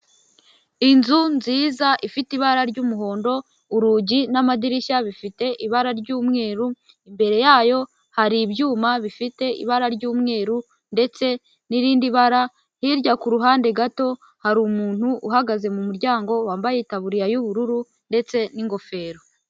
Inzu nziza ifite ibara ry'umuhondo urugi n'amadirishya bifite ibara ry'umweru imbere yayo hari ibyuma bifite ibara ry'umweru ndetse n'irindi bara hirya ku ruhande gato hari umuntu uhagaze mu muryango wambaye itaburiya y'ubururu ndetse n'ingofero.